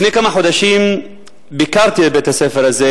לפני כמה חודשים ביקרתי בבית-הספר הזה.